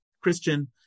Christian